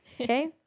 Okay